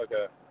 Okay